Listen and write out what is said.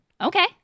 Okay